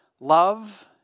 Love